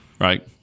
Right